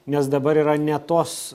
nes dabar yra ne tos